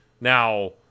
now